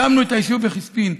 הקמנו את היישוב בחיספין.